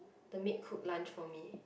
the maid cooked lunch for me